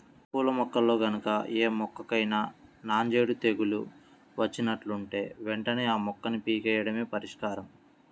పూల మొక్కల్లో గనక ఏ మొక్కకైనా నాంజేడు తెగులు వచ్చినట్లుంటే వెంటనే ఆ మొక్కని పీకెయ్యడమే పరిష్కారం